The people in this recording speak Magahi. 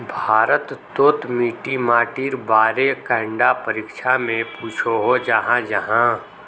भारत तोत मिट्टी माटिर बारे कैडा परीक्षा में पुछोहो जाहा जाहा?